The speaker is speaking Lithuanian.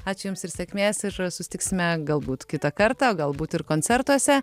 ačiū jums ir sėkmės ir susitiksime galbūt kitą kartą galbūt ir koncertuose